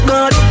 God